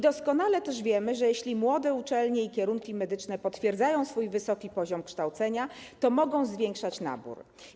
Doskonale też wiemy, że jeśli młode uczelnie i kierunki medyczne potwierdzają swój wysoki poziom kształcenia, to mogą zwiększać nabór.